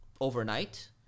overnight